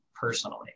personally